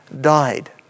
died